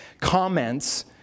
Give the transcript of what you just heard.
comments